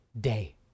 day